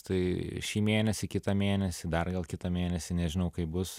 tai šį mėnesį kitą mėnesį dar gal kitą mėnesį nežinau kaip bus